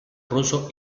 ruso